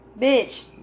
Bitch